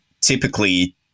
typically